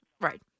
Right